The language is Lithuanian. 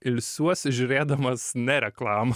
ilsiuosi žiūrėdamas ne reklamą